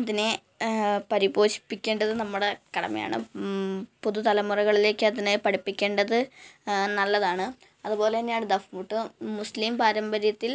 അതിനെ പരിപോഷിപ്പിക്കേണ്ടത് നമ്മുടെ കടമയാണ് പുതുതലമുറകളിലേക്ക് അതിനെ പഠിപ്പിക്കേണ്ടത് നല്ലതാണ് അതുപോലെ തന്നെയാണ് ദഫ്മുട്ട് മുസ്ലിം പാരമ്പര്യത്തിൽ